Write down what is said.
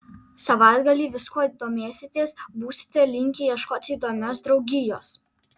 savaitgalį viskuo domėsitės būsite linkę ieškoti įdomios draugijos